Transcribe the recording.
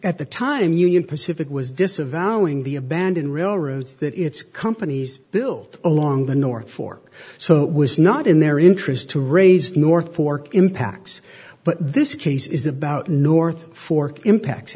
at the time union pacific was disavowing the abandoned railroads that its companies bill along the north fork so it was not in their interest to raise north fork impacts but this case is about north fork impact